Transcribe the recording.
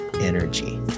energy